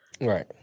Right